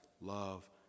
love